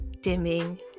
dimming